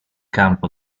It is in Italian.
campo